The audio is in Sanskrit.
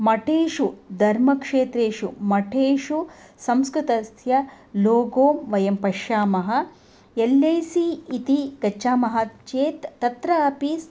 मठेषु धर्मक्षेत्रेषु मठेषु संस्कृतस्य लोगो वयं पश्यामः एल्लेसि इति गच्छामः चेत् तत्र अपि